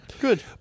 Good